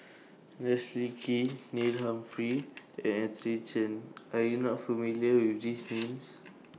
Leslie Kee Neil Humphreys and Anthony Chen Are YOU not familiar with These Names